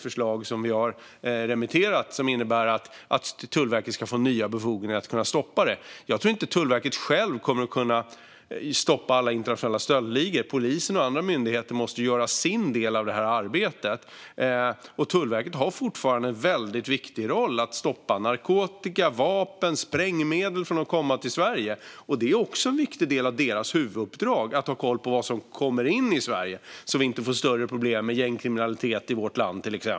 Förslaget innebär att Tullverket ska få nya befogenheter att stoppa detta. Jag tror inte att Tullverket självt kommer att kunna stoppa alla internationella stöldligor. Polisen och andra myndigheter måste göra sin del av arbetet. Tullverket har fortfarande en väldigt viktig roll i att stoppa narkotika, vapen och sprängmedel från att komma till Sverige. Det är också en viktig del av deras huvuduppdrag: att ha koll på vad som kommer in i Sverige, så att vi inte får större problem med till exempel gängkriminalitet i vårt land.